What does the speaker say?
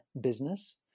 Business